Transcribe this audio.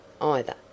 either